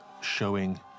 showing